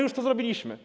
Już to zrobiliśmy.